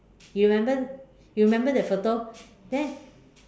you remember you remember that photo then